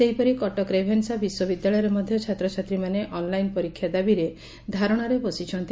ସେହିପରି କଟକ ରେଭେନ୍ନା ବିଶ୍ୱବିଦ୍ୟାଳୟରେ ମଧ୍ଧ ଛାତ୍ରଛାତ୍ରୀମାନେ ଅନ୍ଲାଇନ୍ ପରୀକ୍ଷା ଦାବିରେ ଧାରଣାରେ ବସିଛନ୍ତି